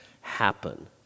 happen